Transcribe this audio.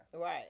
Right